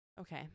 Okay